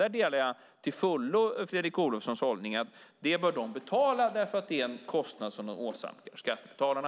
Där delar jag till fullo Fredrik Olovssons hållning att de bör betala det därför att det är en kostnad som de åsamkar skattebetalarna.